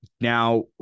now